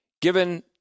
given